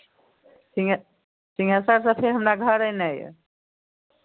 सिंहे सिंहेश्वरसँ फेर हमरा घर एनाइ यए